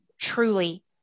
truly